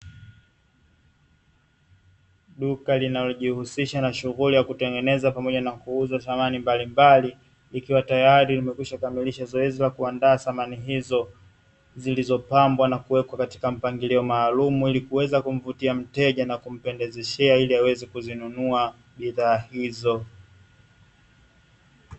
Duka linalojihushisha na shunghuli za kutengeneza pamoja na kuuza samani mbalimbali, vikiwa tayari vimekwisha kamilisha zoezi la kuandaa samani hizo zilizopambwa na kuwekwa katika mpangilio maalumu, ili kuweza kumvutia mteja na kumpendezeshea ili aweze kuzinunua bidhaa hizo.